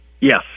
Yes